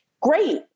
great